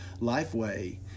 lifeway